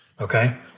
okay